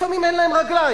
לפעמים אין להם רגליים,